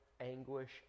anguish